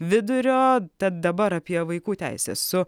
vidurio tad dabar apie vaikų teises su